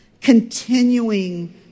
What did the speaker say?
continuing